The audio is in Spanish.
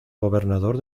gobernador